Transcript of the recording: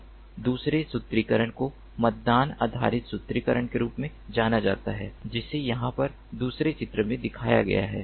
अब दूसरे सूत्रीकरण को मतदान आधारित सूत्रीकरण के रूप में जाना जाता है जिसे यहाँ पर दूसरे चित्र में दिखाया गया है